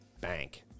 bank